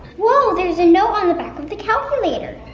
whoa, there's a note on the back of the calculator!